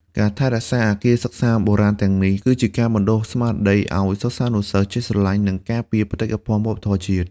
ការថែរក្សាអគារសិក្សាបុរាណទាំងនេះ គឺជាការបណ្តុះស្មារតីឱ្យសិស្សានុសិស្សចេះស្រឡាញ់ និងការពារបេតិកភណ្ឌវប្បធម៌ជាតិ។